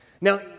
Now